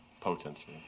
potency